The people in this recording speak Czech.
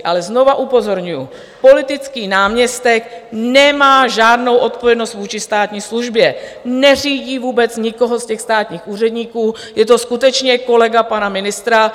Ale znovu upozorňuju, politický náměstek nemá žádnou odpovědnost vůči státní službě, neřídí vůbec nikoho z těch státních úředníků, je to skutečně kolega pana ministra.